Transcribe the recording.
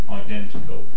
identical